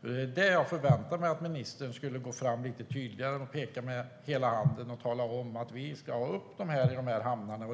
vidare. Jag förväntade mig att ministern skulle gå fram lite tydligare och peka med hela handen och tala om att vi ska ha upp dessa alkobommar i dessa hamnar.